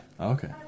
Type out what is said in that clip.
Okay